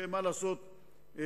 ומה לעשות,